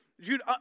Jude